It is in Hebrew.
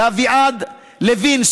לאביעד לוין,